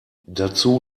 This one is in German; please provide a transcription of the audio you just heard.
dazu